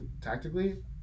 tactically